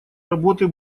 работы